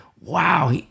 wow